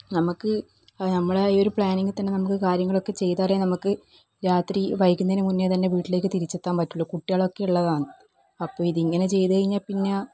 നമുക്ക് ആ നമ്മളെ ഈ ഒരു പ്ലാനിങ്ങിൽ തന്നെ കാര്യങ്ങളൊക്കെ ചെയ്താലേ നമുക്ക് രാത്രി വൈകുന്നതിനു മുന്നേ തന്നെ വീട്ടിലേയ്ക്ക് തിരിച്ചെത്താൻ പറ്റുള്ളൂ കുട്ടികളൊക്കെ ഉള്ളതാണ് അപ്പോൾ ഇതിങ്ങനെ ചെയ്ത് കഴിഞ്ഞാൽ പിന്നെ